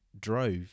drove